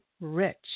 rich